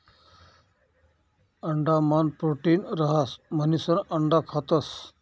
अंडा मान प्रोटीन रहास म्हणिसन अंडा खातस